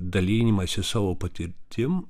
dalinimasis savo patirtim